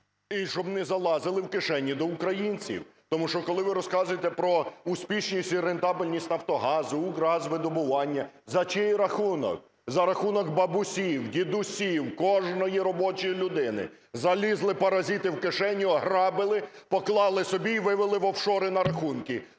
…і щоб не залазили в кишені до українців? Тому що, коли ви розказуєте про успішність і рентабельність "Нафтогазу", "Укргазвидобування" – за чий рахунок? За рахунок бабусів, дідусів, кожної робочої людини. Залізли, паразити, в кишеню, ограбили, поклали собі і вивели в офшори на рахунки,